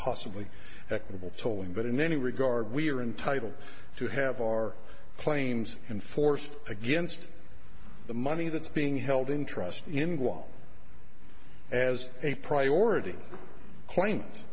possibly equitable tolling but in any regard we are entitled to have our claims enforced against the money that's being held in trust in guam as a priority claim